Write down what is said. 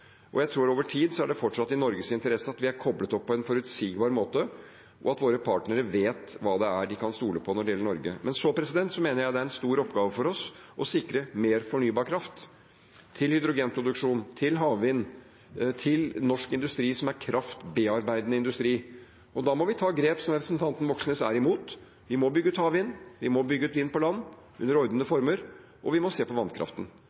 og jeg tror at over tid er det fortsatt i Norges interesse at vi er koblet opp på en forutsigbar måte, og at våre partnere vet hva det er de kan stole på når det gjelder Norge. Men så mener jeg det er en stor oppgave for oss å sikre mer fornybar kraft – til hydrogenproduksjon, til havvind, til norsk industri som er kraftbearbeidende industri. Da må vi ta grep som representanten Moxnes er imot: Vi må bygge ut havvind, vi må bygge ut vind på land – under ordnede former – og vi må se på vannkraften.